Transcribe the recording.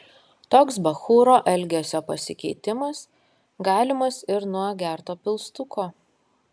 toks bachūro elgesio pasikeitimas galimas ir nuo gerto pilstuko